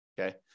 okay